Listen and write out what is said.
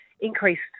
increased